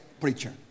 preacher